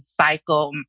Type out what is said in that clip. cycle